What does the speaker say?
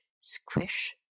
squish